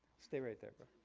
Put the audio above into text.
stay right there bro.